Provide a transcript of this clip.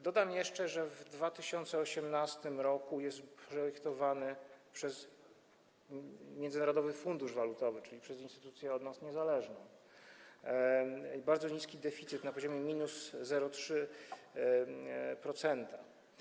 Dodam jeszcze, że w 2018 r. jest projektowany przez Międzynarodowy Fundusz Walutowy, czyli przez instytucję od nas niezależną, bardzo niski deficyt na poziomie –0,3%.